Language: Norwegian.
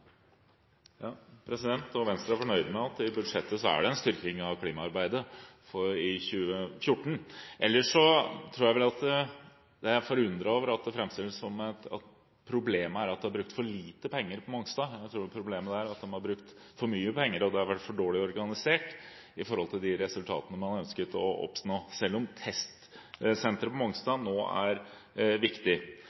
fornøyd med at det i budsjettet er en styrking av klimaarbeidet for 2014. Ellers er jeg forundret over at det framstilles som et problem her at det er brukt for lite penger på Mongstad. Jeg tror problemet er at man har brukt for mye penger, og at det har vært for dårlig organisert i forhold til de resultatene man ønsket å oppnå, selv om testsenteret på Mongstad nå er viktig. Men fangst og lagring er nødvendige tiltak for å nå de internasjonale klimamålene. Vi trenger å få på